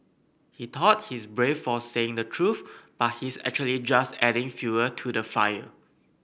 he thought he's brave for saying the truth but he's actually just adding fuel to the fire